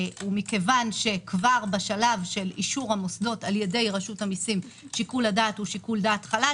ומכיוון שכבר בשלב אישור המוסדות על-ידי רשות המיסים שיקול הדעת חלש,